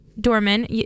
Dorman